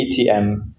ATM